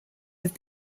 have